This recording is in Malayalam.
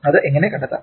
അത് എങ്ങനെ കണ്ടെത്താം